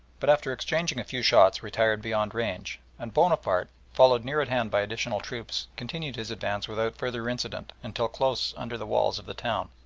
but after exchanging a few shots retired beyond range, and bonaparte, followed near at hand by additional troops, continued his advance without further incident until close under the walls of the town.